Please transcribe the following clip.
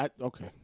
okay